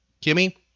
Kimmy